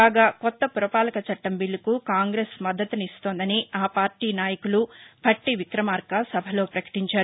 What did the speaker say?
కాగా కొత్త పురపాలక చట్టం బీల్లకు కాంగ్రెస్ మద్దతిస్తోందని ఆ పార్టీ నేత భట్టి విక్రమార్క సభలో పకటించారు